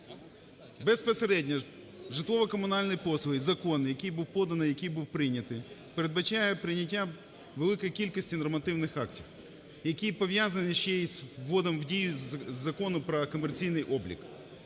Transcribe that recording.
Безпосередньо житлово-комунальні послуги, закон, який був поданий, який був прийнятий, передбачає прийняття великої кількості нормативних актів, які пов'язані ще і з вводом в дію Закону про комерційний облік.